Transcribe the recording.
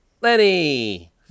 Lenny